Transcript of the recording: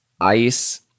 ice